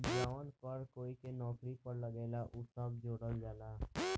जवन कर कोई के नौकरी पर लागेला उ सब जोड़ल जाला